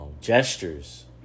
gestures